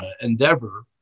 endeavor